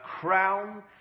crown